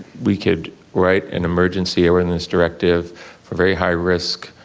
we could write an emergency airworthiness directive for very high risk,